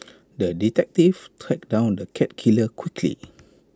the detective tracked down the cat killer quickly